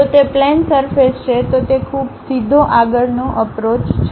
જો તે plane surface છે તો તે ખૂબ સીધો આગળનો અપ્રોચ છે